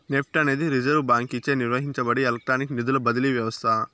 NEFT అనేది reserve బాంకీచే నిర్వహించబడే ఎలక్ట్రానిక్ నిధుల బదిలీ వ్యవస్త